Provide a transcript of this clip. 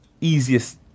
easiest